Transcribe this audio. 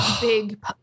big